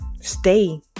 stay